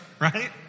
right